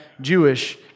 Jewish